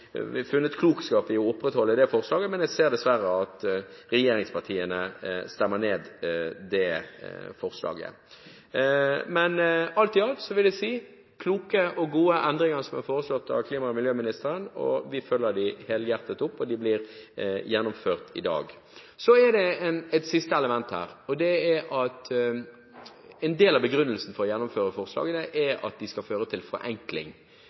har vi funnet det klokt å opprettholde forslaget, men jeg ser dessverre at regjeringspartiene stemmer det ned. Alt i alt vil jeg si at det er kloke og gode endringer som er foreslått av klima- og miljøministeren, og vi følger dem helhjertet opp, og de blir vedtatt i dag. Så er det et siste element, og det er at en del av begrunnelsen for å gjennomføre forslaget er at det skal føre til forenkling.